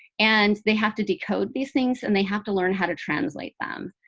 and they have to decode these things and they have to learn how to translate them.